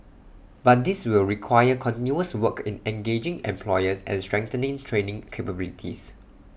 but this will require continuous work in engaging employers and strengthening training capabilities